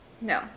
No